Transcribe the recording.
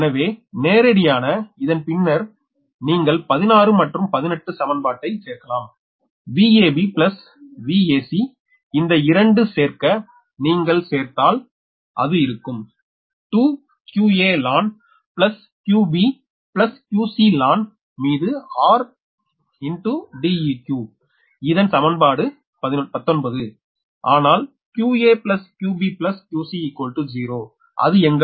எனவே நேரடியான இதன் பின்னர் நீங்கள் 16 மற்றும் 18 சமன்பாட்டைச் சேர்க்கலாம் Vab Vac இந்த 2 சேர்க்க நீங்கள் சேர்த்தால் அது இருக்கும் 2𝑞𝑎ln𝑞𝑏𝑞𝑐∗ln மீது 𝑟 𝐷𝑒q இது சமன்பாடு 19 ஆனால் 𝑞𝑎𝑞𝑏𝑞𝑐0 அது எங்களுக்குத் தெரியும்